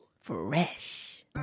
Fresh